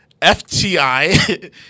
FTI